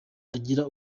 agira